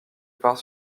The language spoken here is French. part